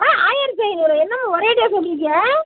ஆ ஆயிரத்து ஐந்நூறு என்னம்மா ஒரேடியாக சொல்கிறீங்க